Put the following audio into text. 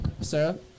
Sarah